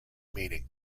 meaning